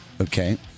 Okay